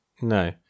No